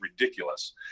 ridiculous